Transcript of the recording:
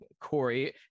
Corey